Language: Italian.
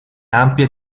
ampie